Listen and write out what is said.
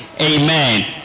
Amen